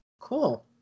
Cool